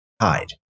hide